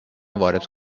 وارد